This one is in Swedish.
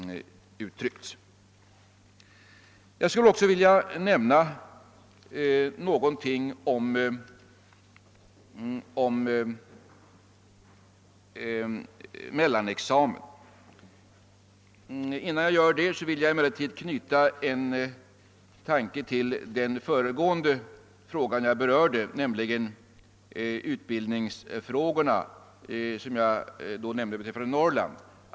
Jag skulle vilja säga några ord om mellanexamen, men innan jag gör det vill jag knyta en reflexion till de frågor som jag nyss berört, nämligen utbildningsfrågorna med avseende på Norrland.